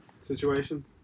situation